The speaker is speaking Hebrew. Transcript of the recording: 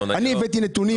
אני הבאתי נתונים,